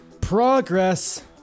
Progress